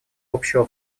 общего